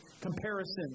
comparison